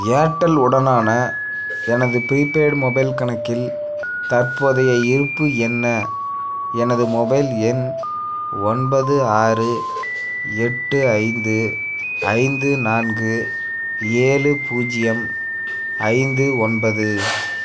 Airtel உடனான எனது prepaid mobile கணக்கில் தற்போதைய இருப்பு என்ன எனது மொபைல் எண் ஒன்பது ஆறு எட்டு ஐந்து ஐந்து நான்கு ஏழு பூஜ்ஜியம் ஐந்து ஒன்பது